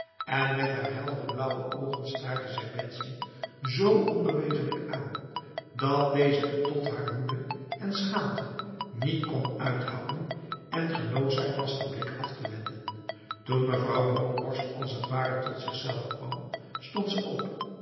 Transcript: en met haar heldere blauwe ogen staarde zij betsy zo onbeweeglijk aan dat deze het tot haar woede en schaamte niet kon uithouden en genoodzaakt was de blik af te wenden toen mevrouw bronkhorst als het ware tot zichzelve kwam stond ze op